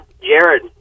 Jared